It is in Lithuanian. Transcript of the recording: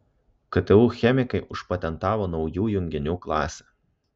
ktu chemikai užpatentavo naujų junginių klasę